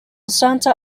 santa